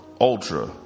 ultra